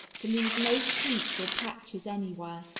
to leave no streaks or patches anywhere.